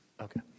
Okay